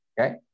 Okay